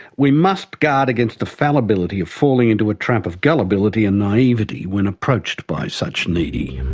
we must guard against the fallibility of falling into a trap of gullibility and naivety when approached by such needy.